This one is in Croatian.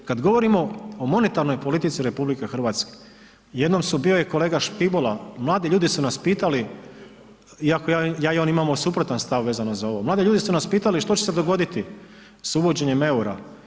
Kada govorimo o monetarnoj politici RH jednom su, bio je kolega Škibola, mladi ljudi su nas pitali iako ja i on imamo suprotan stav vezano za ovo, mladi ljudi su nas pitali što će se dogoditi sa uvođenjem eura.